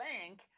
Bank